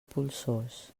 polsós